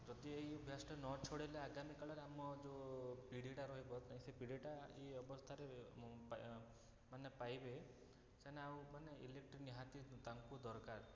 ଯଦି ଏଇ ଅଭ୍ୟାସଟା ନଛଡ଼େଇଲେ ଆଗାମି କାଳରେ ଆମ ଯେଉଁ ପିଢ଼ିଟା ରହିବ ସେ ପିଢ଼ିଟା ଏଇ ଅବସ୍ଥାରେ ମାନେ ପାଇବେ ସେମାନେ ଆଉମାନେ ଇଲେକ୍ଟ୍ରିକ୍ ନିହାତି ତାଙ୍କୁ ଦରକାର